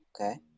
okay